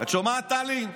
את שומעת, טלי?